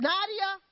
Nadia